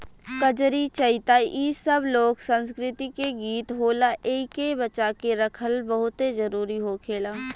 कजरी, चइता इ सब लोक संस्कृति के गीत होला एइके बचा के रखल बहुते जरुरी होखेला